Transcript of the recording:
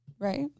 Right